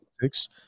politics